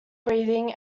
breathing